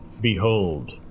Behold